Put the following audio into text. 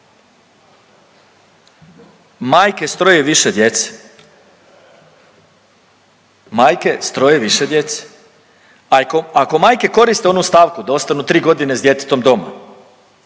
Majke s troje i više djece, majke s troje i više djece. Ako majke koriste onu stavku da ostanu tri godine s djetetom doma,